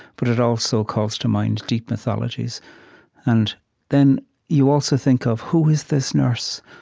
but it also calls to mind deep mythologies and then you also think of, who is this nurse?